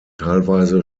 teilweise